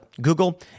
Google